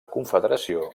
confederació